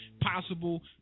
possible